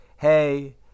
Hey